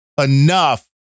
enough